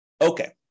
Okay